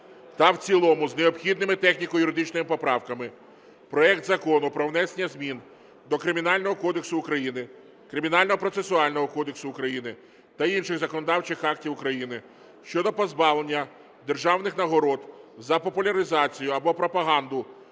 та в цілому з необхідними техніко-юридичними поправками проект Закону про внесення змін до Кримінального кодексу України, Кримінального процесуального кодексу України та інших законодавчих актів України щодо позбавлення державних нагород за популяризацію або пропаганду